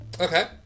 Okay